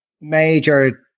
major